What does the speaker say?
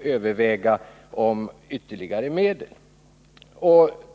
överväga om ytterligare medel behövs.